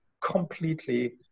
completely